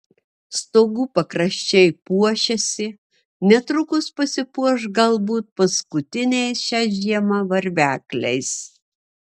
stogų pakraščiai puošiasi netrukus pasipuoš galbūt paskutiniais šią žiemą varvekliais